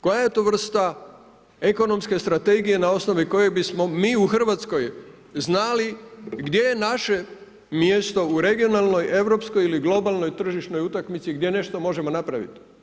Koja je to vrsta ekonomske strategije na osnovi koje bismo mi u RH znali gdje je naše mjesto u regionalnoj, europskoj ili globalnoj tržišnoj utakmici gdje nešto možemo napraviti?